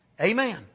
Amen